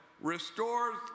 restores